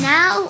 Now